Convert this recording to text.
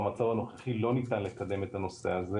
במצב הנוכחי לא ניתן לקדם את הנושא הזה,